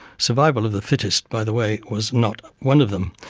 survival of the fittest, by the way, was not one of them.